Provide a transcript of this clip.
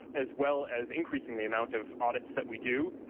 and as well as increasing the amount of audits that we do.